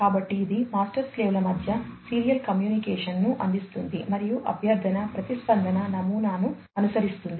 కాబట్టి ఇది master slave ల మధ్య సీరియల్ కమ్యూనికేషన్ను అందిస్తుంది మరియు అభ్యర్థన ప్రతిస్పందన నమూనాను అనుసరిస్తుంది